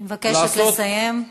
אני מבקשת לסיים.